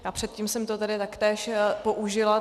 A předtím jsem to tady taktéž použila.